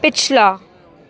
ਪਿਛਲਾ